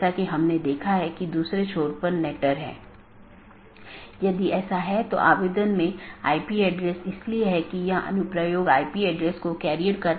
यदि इस संबंध को बनाने के दौरान AS में बड़ी संख्या में स्पीकर हैं और यदि यह गतिशील है तो इन कनेक्शनों को बनाना और तोड़ना एक बड़ी चुनौती है